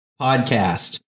podcast